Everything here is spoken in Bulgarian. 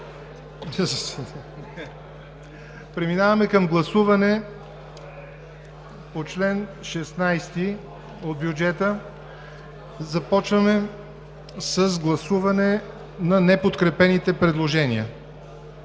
Преминаваме към гласуване по чл. 16 от бюджета. Започваме с гласуване на неподкрепените предложения.